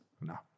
No